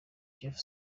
jeff